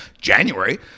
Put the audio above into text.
january